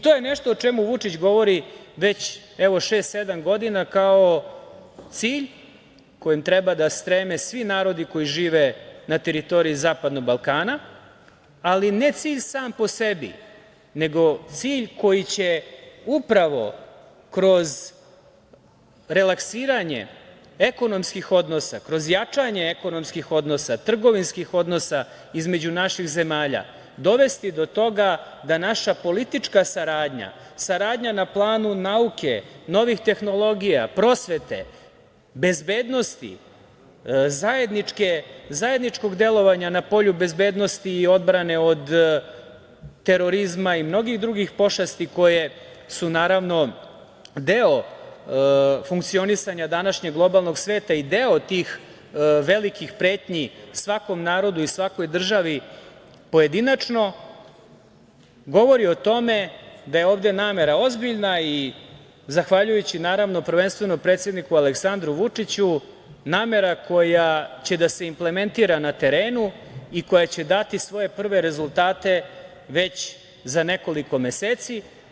To je nešto o čemu Vučić govori već, evo šest, sedam godina kao cilj kojim treba da streme svi narodi koji žive na teritoriji Zapadnog Balkana, ali cilj ne sam po sebi, nego cilj koji će upravo kroz relaksiranje ekonomskih odnosa, kroz jačanje ekonomskim odnosa, trgovinskih odnosa između naših zemalja dovesti do toga da naša politička saradnja, saradnja na planu nauke, novih tehnologija, prosvete, bezbednosti, zajedničkog delovanja na polju bezbednosti i odbrane od terorizma i mnogih drugih pošasti koje su naravno deo funkcionisanja današnjeg globalnog sveta i deo tih velikih pretnji svakom narodu i svakoj državi pojedinačno govori o tome da je ovde namera ozbiljna i zahvaljujući prvenstveno Aleksandru Vučiću namera koja će da se implementira na terenu i koja će dati svoje prve rezultate već za nekoliko meseci.